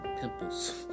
pimples